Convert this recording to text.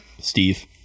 Steve